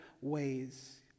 ways